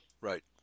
right